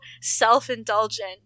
self-indulgent